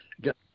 get